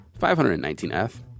519F